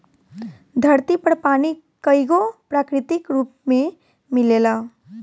धरती पर पानी कईगो प्राकृतिक रूप में मिलेला